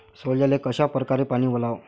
सोल्याले कशा परकारे पानी वलाव?